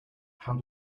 how